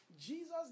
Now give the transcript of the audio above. Jesus